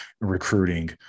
recruiting